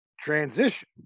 transition